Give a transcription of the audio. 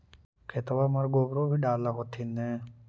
खेतबा मर गोबरो भी डाल होथिन न?